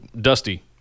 Dusty